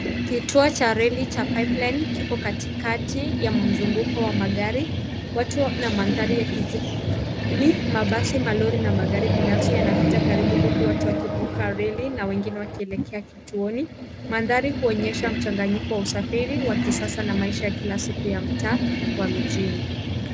Kituo cha reli cha pipeline kiko katikati ya mzunguko wa magari, watu na mandhari kijani, mabasi, malori na magari binafsi yanapita karibu huku watu wakivuka reli na wengine wakielekea kituoni. Mandhari huonyesha mchanganyiko wa usafiri wa kisasa na maisha ya kila siku ya mtaa wa mijini.